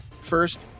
First